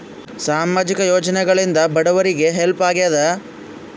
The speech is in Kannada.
ಸಾಮಾಜಿಕ ಯೋಜನೆಗಳಿಂದ ಬಡವರಿಗೆ ಹೆಲ್ಪ್ ಆಗ್ಯಾದ?